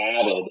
added